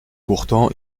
pourtant